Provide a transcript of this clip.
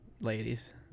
Ladies